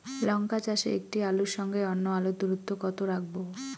লঙ্কা চাষে একটি আলুর সঙ্গে অন্য আলুর দূরত্ব কত রাখবো?